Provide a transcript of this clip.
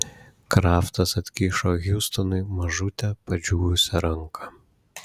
kraftas atkišo hiustonui mažutę padžiūvusią ranką